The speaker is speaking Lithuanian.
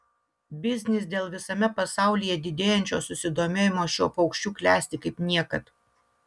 biznis dėl visame pasaulyje didėjančio susidomėjimo šiuo paukščiu klesti kaip niekad